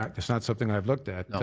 it's not something i've looked at.